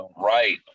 right